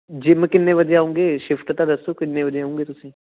gym ਕਿੰਨੇ ਵਜੇ ਆਉਂਗੇ ਸ਼ਿਫਟ ਤਾਂ ਦੱਸੋ ਕਿੰਨੇ ਵਜੇ ਆਉਂਗੇ ਤੁਸੀਂ